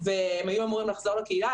והם היו אמורים לחזור לקהילה.